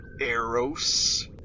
Eros